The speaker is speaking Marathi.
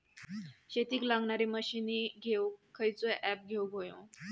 शेतीक लागणारे मशीनी घेवक खयचो ऍप घेवक होयो?